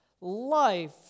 life